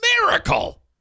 miracle